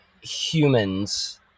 humans